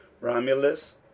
Romulus